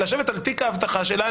לשבת על תיק האבטחה שלה,